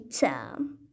time